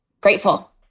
grateful